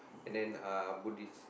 and then uh Buddhist